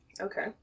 Okay